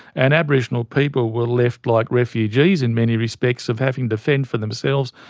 and aboriginal people were left like refugees in many respects of having to fend for themselves,